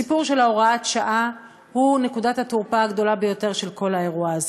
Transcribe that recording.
הסיפור של הוראת השעה הוא נקודת התורפה הגדולה ביותר של כל האירוע הזה,